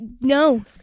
No